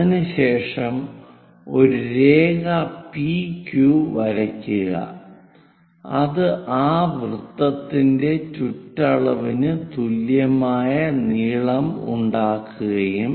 അതിനുശേഷം ഒരു രേഖ PQ വരയ്ക്കുക അത് ആ വൃത്തത്തിന്റെ ചുറ്റളവിന് തുല്യമായ നീളമുണ്ടാകും